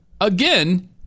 Again